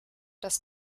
das